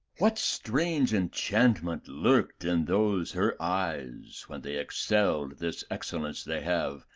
what strange enchantment lurked in those her eyes, when they excelled this excellence they have,